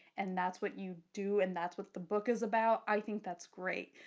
and that's what you do, and that's what the book is about, i think that's great.